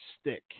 stick